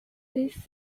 this